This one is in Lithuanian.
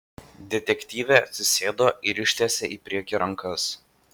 detektyvė atsisėdo ir ištiesė į priekį rankas